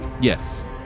Yes